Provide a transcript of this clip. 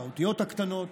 באותיות הקטנות,